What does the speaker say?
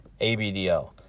ABDL